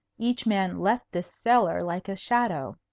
each man left the cellar like a shadow.